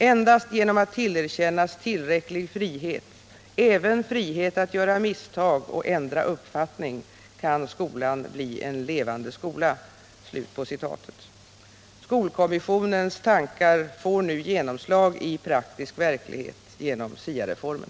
Endast genom att tillerkännas tillräcklig frihet — även frihet att göra misstag och ändra uppfattning — kan skolan bli en levande skola.” Skolkommissionens tankar får nu genomslag i praktisk verklighet genom SIA-reformen.